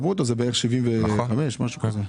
בערך 75 אלף שקלים.